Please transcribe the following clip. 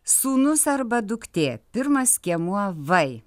sūnus arba duktė pirmas skiemuo vai